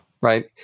right